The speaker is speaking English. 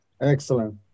Excellent